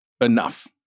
enough